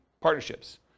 partnerships